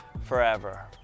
forever